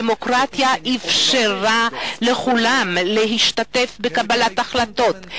הדמוקרטיה אפשרה לכולם להשתתף בקבלת החלטות,